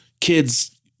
kids